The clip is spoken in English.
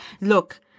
look